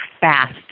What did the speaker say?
fast